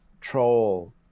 troll